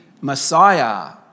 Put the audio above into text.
Messiah